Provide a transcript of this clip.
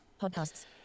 podcasts